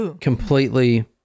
Completely